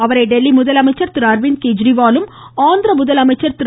அவரை டெல்லி முதலமைச்சர் திரு அர்விந்த் கெஜ்ரிவாலும் ஆந்திர முதலமைச்சர் திரு